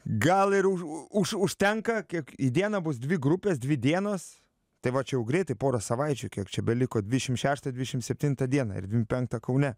gal ir už užtenka kiek į dieną bus dvi grupės dvi dienos tai va čia jau greitai porą savaičių kiek čia beliko dvidešim šeštą dvidešim septintą dieną ir dvim penktą kaune